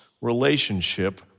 relationship